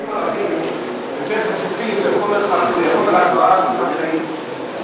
ילדים ערבים יותר חשופים לחומר להדברה חקלאית,